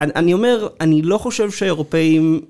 אני אומר, אני לא חושב שאירופאים...